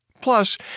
Plus